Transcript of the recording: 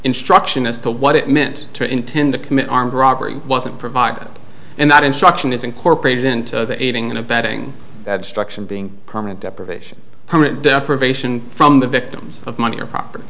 instruction as to what it meant to intend to commit armed robbery wasn't provided and that instruction is incorporated into the aiding and abetting destruction being permanent deprivation permanent deprivation from the victims of money or proper